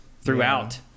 throughout